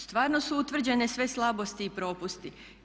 Stvarno su utvrđene sve slabosti i propusti.